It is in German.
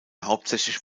hauptsächlich